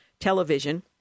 Television